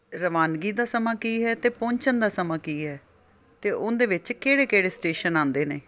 ਰਵਾਨਗੀ ਦਾ ਸਮਾਂ ਕੀ ਹੈ ਅਤੇ ਪਹੁੰਚਣ ਦਾ ਸਮਾਂ ਕੀ ਹੈ ਅਤੇ ਉਹਦੇ ਵਿੱਚ ਕਿਹੜੇ ਕਿਹੜੇ ਸਟੇਸ਼ਨ ਆਉਂਦੇ ਨੇ